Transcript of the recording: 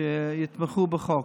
שיתמכו בחוק.